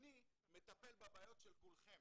אני מטפל בבעיות של כולכם.